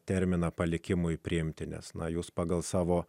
terminą palikimui priimti nes na jūs pagal savo